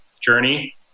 journey